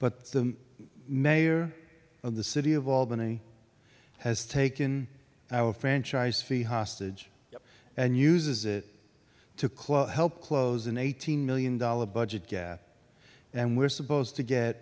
but the mayor of the city of albany has taken our franchise fee hostage and uses it to club help close an eighteen million dollar budget gap and we're supposed to get